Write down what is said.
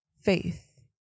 faith